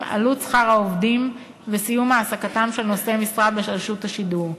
הם עלות שכר העובדים וסיום העסקתם של נושאי המשרה ברשות השידור.